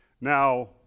Now